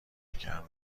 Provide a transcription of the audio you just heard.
میکردن